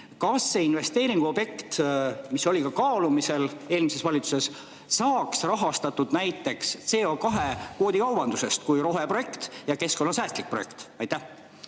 kas see investeeringuobjekt, mis oli ka kaalumisel eelmises valitsuses, saaks rahastatud näiteks CO2-kvoodikaubandusest kui roheprojekt ja keskkonnasäästlik projekt? Aitäh,